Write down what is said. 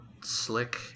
slick